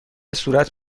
صورت